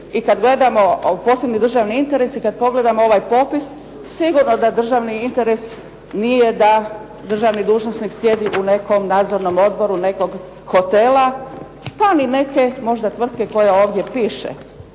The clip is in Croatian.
i kada gledamo posebni državni interes i kada pogledamo ovaj popis, sigurno da državni interes nije da državni dužnosnik sjedi u nekom nadzornom odboru nekog hotela, pa ni neke možda tvrtke koje ovdje piše.